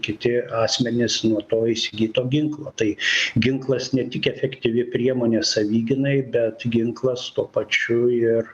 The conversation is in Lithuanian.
kiti asmenys nuo to įsigyto ginklo tai ginklas ne tik efektyvi priemonė savigynai bet ginklas tuo pačiu ir